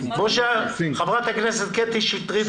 חברת הכנסת קטי שטרית,